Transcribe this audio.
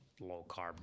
low-carb